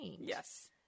Yes